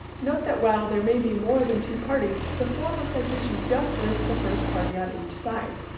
note that while there may be more than two parties, the form of citation just lists the first party on each side.